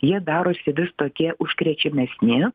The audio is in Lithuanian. jie darosi vis tokie užkrečiamesni